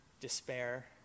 despair